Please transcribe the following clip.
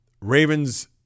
Ravens